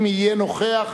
אם יהיה נוכח,